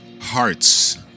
Hearts